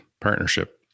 partnership